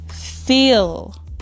feel